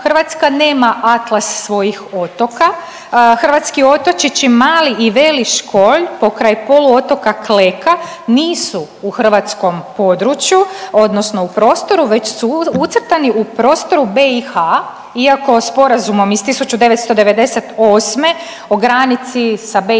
Hrvatska nema atlas svojih otoka. Hrvatski otočići Mali i Veli Školj pokraj poluotoka Kleka nisu u hrvatskom području, odnosno u prostoru već su ucrtani u prostoru BiH iako Sporazumom iz 1998. o granici sa BiH